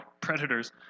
predators